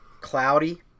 cloudy